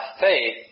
faith